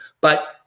but-